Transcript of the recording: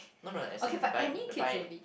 no no as in bite the bite